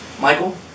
Michael